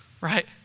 right